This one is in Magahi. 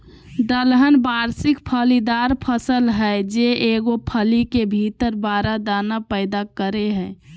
दलहन वार्षिक फलीदार फसल हइ जे एगो फली के भीतर बारह दाना पैदा करेय हइ